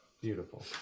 Beautiful